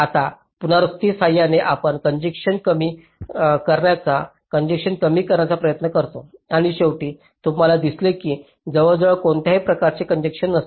आता पुनरावृत्तीच्या सहाय्याने आपण कॉन्जेन्शन्स कमी करण्याचा कॉन्जेन्शन्स कमी करण्याचा प्रयत्न करतो आणि शेवटी तुम्हाला दिसेल की जवळजवळ कोणत्याही प्रकारची कॉन्जेन्शन्स नसते